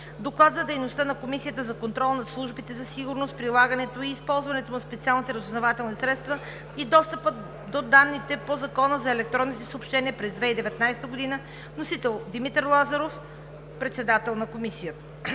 Доклад за дейността на Комисията за контрол над службите за сигурност, прилагането и използването на специалните разузнавателни средства и достъпа до данните по Закона за електронните съобщения през 2019 г. Вносител е народният представител Димитър Лазаров – председател на Комисията.